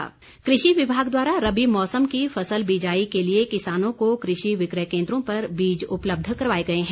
फसल कृषि विभाग द्वारा रबी मौसम की फसल बीजाई के लिए किसानों को कृषि विक्रय केंद्रों पर बीज उपलब्ध करवाए गए हैं